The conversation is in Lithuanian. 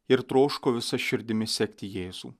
ir troško visa širdimi sekti jėzų